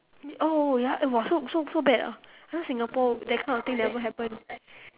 oh ya eh !wah! so so so bad ah because Singapore that kind of thing never happen